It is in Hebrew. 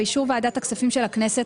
באישור ועדת הכספים של הכנסת,